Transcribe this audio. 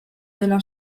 dela